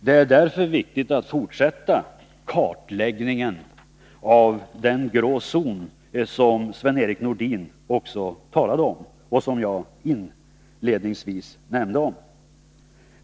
Det är därför viktigt att fortsätta kartläggningen av den ”grå zon” som Sven-Erik Nordin också talade om och som jag inledningsvis nämnde.